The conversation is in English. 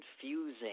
confusing